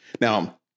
Now